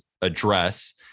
address